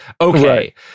Okay